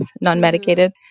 non-medicated